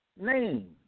name